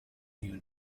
new